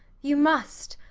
you must.